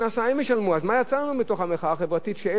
אז מה יצא לנו מתוך המחאה החברתית כשאלה התוצאות?